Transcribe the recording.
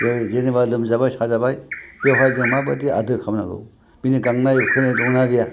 जेनेबा लोमजाबाय साजाबाय बेवहाय जों माबादि आदोर खालामनांगौ बिनि गांनाय उखैनाय दंना गैया